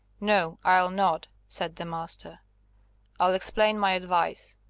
no, i'll not, said the master i'll explain my advice.